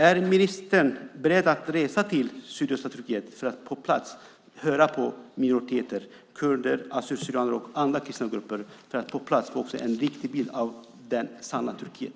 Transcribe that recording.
Är ministern beredd att resa till sydöstra Turkiet för att på plats höra på minoriteter, kurder, assyrier/syrianer och andra kristna grupper, och få en riktig bild av det sanna Turkiet.